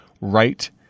right